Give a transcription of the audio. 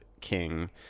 king